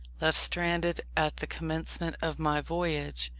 left stranded at the commencement of my voyage,